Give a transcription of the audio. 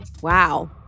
Wow